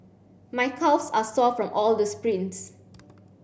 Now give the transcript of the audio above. my calves are sore from all the sprints